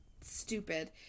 stupid